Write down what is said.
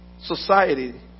Society